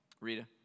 Rita